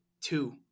two